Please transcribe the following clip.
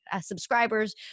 subscribers